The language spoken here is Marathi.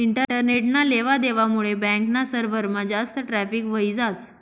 इंटरनेटना लेवा देवा मुडे बॅक ना सर्वरमा जास्त ट्रॅफिक व्हयी जास